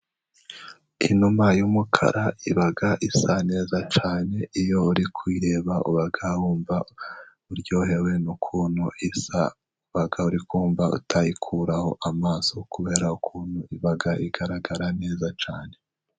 Inuma y'umukara iba isa neza cyane iyo uri kuyireba uba wumva uryohewe n'ukuntu isa, uba uri kumva utayikuraho amaso kubera ukuntu iba igaragara neza cyane.